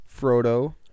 Frodo